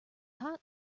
hot